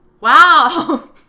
wow